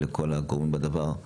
לכל הנוגעים בדבר.